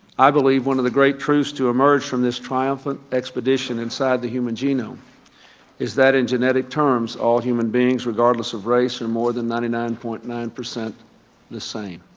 i believe one of the great truths to emerge from this triumphant expedition inside the human genome is that in genetic terms, all human beings regardless of race are more than nine nine point nine zero the same.